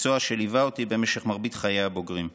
מקצוע שליווה אותי במשך מרבית חיי הבוגרים.